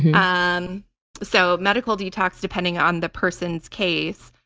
um so medical detox, depending on the person's case,